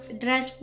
dress